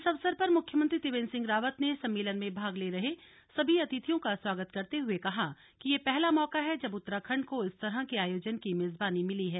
इस अवसर पर मुख्यमंत्री त्रिवेन्द्र सिहं रावत ने सम्मेलन में भाग ले रहे सभी अतिथियों का स्वागत करते हुए कहा कि यह पहला मौका है जब उत्तराखंड को इस तरह के आयोजन की मेजबानी मिली है